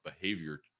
behavior